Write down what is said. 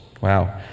wow